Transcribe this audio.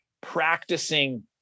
practicing